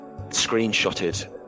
screenshotted